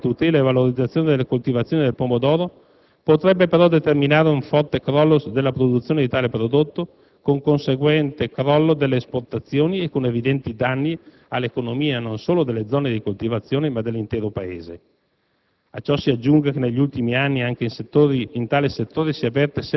L'introduzione del sistema del disaccoppiamento, non accompagnato da un'adeguata tutela e valorizzazione della coltivazione del pomodoro, potrebbe però determinare un forte crollo della produzione di tale prodotto con conseguente crollo delle esportazioni e con evidenti danni all'economia, non solo delle zone di coltivazione, ma dell'intero Paese.